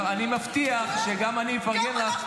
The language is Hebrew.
אני מבטיח שגם אני אפרגן לך,